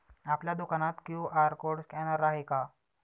आपल्या दुकानात QR code scanner आहे का?